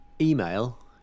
email